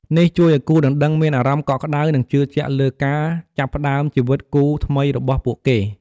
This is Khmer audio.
នេះជួយឲ្យគូដណ្ដឹងមានអារម្មណ៍កក់ក្តៅ និងជឿជាក់លើការចាប់ផ្ដើមជីវិតគូថ្មីរបស់ពួកគេ។